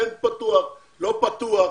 כן פתוח, לא פתוח,